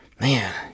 man